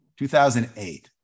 2008